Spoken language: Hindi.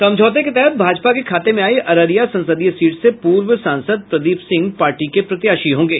समझौते के तहत भाजपा के खाते में आयी अररिया संसदीय सीट से पूर्व सांसद प्रदीप सिंह पार्टी के प्रत्याशी होंगे